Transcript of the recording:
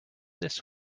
this